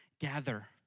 gather